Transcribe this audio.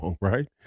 Right